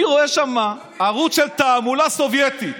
אני רואה שם ערוץ של תעמולה סובייטית.